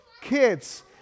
Kids